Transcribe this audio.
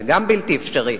זה גם בלתי אפשרי,